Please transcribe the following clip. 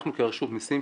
אנחנו כרשות מיסים,